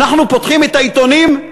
אנחנו פותחים את העיתונים,